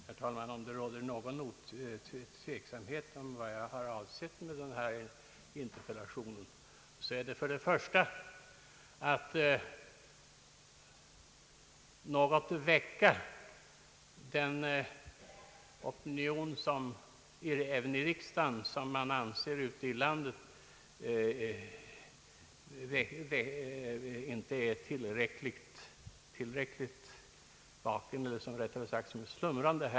Herr talman! Om det råder någon tveksamhet beträffande vad jag har avsett med denna interpellation vill jag säga, att det först och främst har varit för att även i riksdagen väcka den opinion som man ute i landet anser vara slumrande.